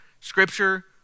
scripture